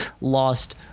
lost